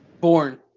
Born